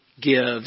gives